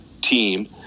team